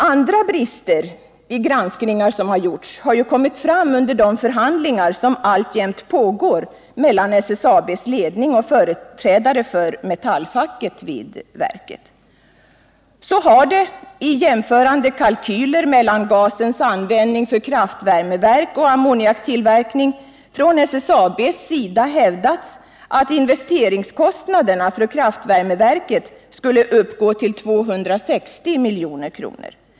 Andra brister i gjorda granskningar har kommit fram under de förhandlingar som alltjämt pågår mellan SSAB:s ledning och företrädare för Metallfacket. Så har det i jämförande kalkyler mellan gasens användning för kraftvärmeverk och ammoniaktillverkning från SSAB:s sida hävdats att investeringskostnaderna för kraftvärmeverket skulle uppgå till 260 miljoner.